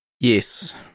Yes